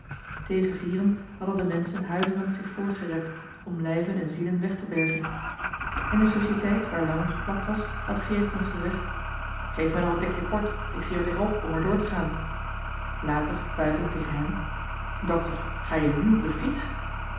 tegen vieren hadden de menschen huiverend zich voortgerept om lijven en zielen weg te bergen in de societeit waar langer geplakt was had geerkens gezegd geef mij nog een tikje port ik zie er tegen op om er door te gaan later buiten tegen hem dokter ga je nù op de fiets